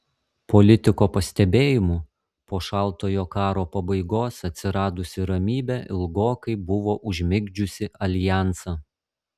politiko pastebėjimu po šaltojo karo pabaigos atsiradusi ramybė ilgokai buvo užmigdžiusi aljansą